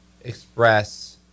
express